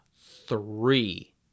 three